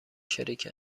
شریک